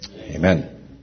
Amen